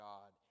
God